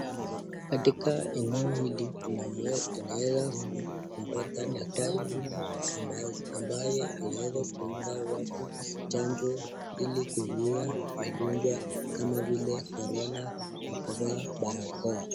Katika eneo hili tunaweza kumpata daktari huyu ambaye anaweza kuumpa watu chanjo ilikuzuia magonjwa kama vile korona na kuvaa barakoa.